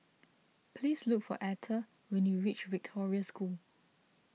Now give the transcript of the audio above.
please look for Etha when you reach Victoria School